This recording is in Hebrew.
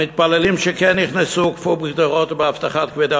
המתפללים שכן נכנסו הוקפו בגדרות ובאבטחה כבדה